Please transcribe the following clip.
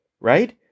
right